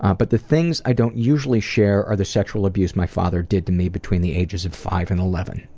um but the things i don't usually share are the sexual abuse my father did to me between the ages of five and eleven.